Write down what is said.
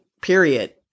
period